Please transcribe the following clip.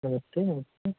नमस्ते नमस्ते